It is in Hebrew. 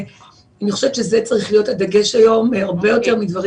ואני חושבת שזה צריך להיות הדגש היום הרבה יותר מדברים